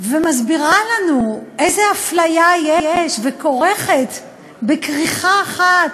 ומסבירה לנו איזו אפליה יש וכורכת בכריכה אחת